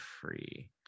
free